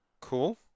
Cool